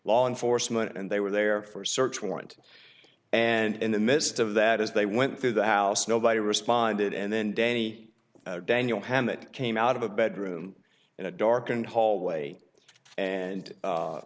law enforcement and they were there for a search warrant and in the midst of that as they went through the house nobody responded and then danny daniel hammett came out of a bedroom in a darkened hallway and